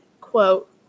quote